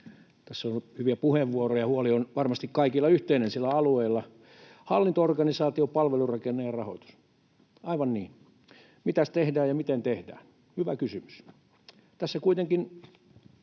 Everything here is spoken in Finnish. Tässä on ollut hyviä puheenvuoroja, ja huoli on varmasti kaikilla yhteinen siellä alueilla. Hallinto-organisaatio, palvelurakenne ja rahoitus — aivan niin. Mitäs tehdään ja miten tehdään? Hyvä kysymys.